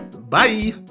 Bye